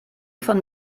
von